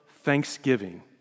thanksgiving